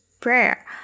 prayer